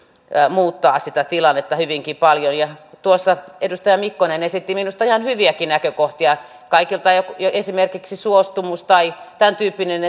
muuttaa sitä tilannetta hyvinkin paljon tuossa edustaja mikkonen esitti minusta ihan hyviäkin näkökohtia kaikilta esimerkiksi suostumus tai tämän tyyppinen